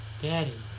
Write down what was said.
Daddy